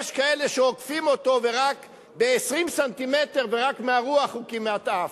יש כאלה שעוקפים אותו ב-20 ס"מ ורק מהרוח הוא כמעט עף.